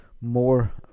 more